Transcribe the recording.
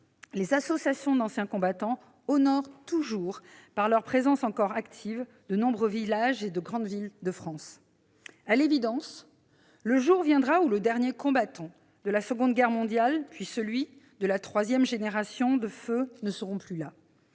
les associations d'anciens combattants honorent toujours, par leur présence encore active, nombre de villages et de villes de France. Le jour viendra où le dernier combattant de la Seconde Guerre mondiale, puis celui de la troisième génération du feu, s'éteindront.